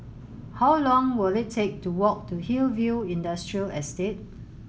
how long will it take to walk to Hillview Industrial Estate